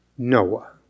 Noah